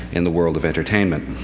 in the world of entertainment.